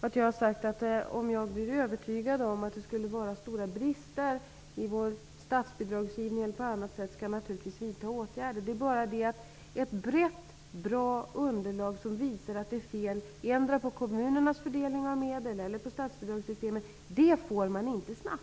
Jag har sagt att om jag blir övertygad om att det skulle finnas stora brister i vår statsbidragsgivning, eller någon annanstans, skall jag naturligtvis vidta åtgärder. Det är bara det att ett brett och bra underlag, som visar att det är fel endera på kommunernas fördelning av medel eller på statsbidragssystemet, får man naturligtvis inte snabbt.